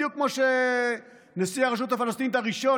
בדיוק כמו שנשיא הרשות הפלסטינית הראשון,